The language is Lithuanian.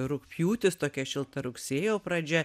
rugpjūtis tokia šilta rugsėjo pradžia